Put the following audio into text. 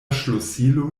ŝlosilo